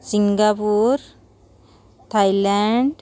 Singapore Thailand